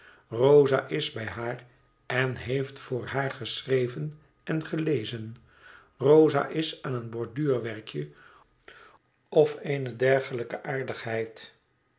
rosa is bij haar en heeft voor haar geschreven en gelezen rosa is aan een borduur werkje of eene dergelijke aardigheid